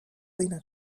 lena